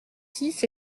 six